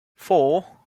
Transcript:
four